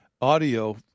audio